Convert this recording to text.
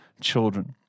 children